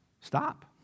stop